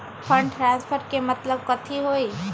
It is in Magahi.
फंड ट्रांसफर के मतलब कथी होई?